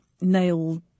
nail